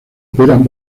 operan